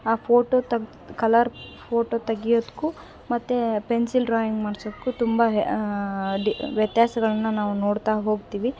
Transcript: ಆ ಫೋಟೋ ತಗ್ದು colour photo ತೆಗಿಯದಕ್ಕೂ ಮತ್ತು ಪೆನ್ಸಿಲ್ ಡ್ರಾಯಿಂಗ್ ಮಾಡ್ಸೋಕು ತುಂಬ ಹೆ ಡಿ ವ್ಯತ್ಯಾಸ್ಗಳನ್ನ ನಾವು ನೋಡ್ತಾ ಹೋಗ್ತೀವಿ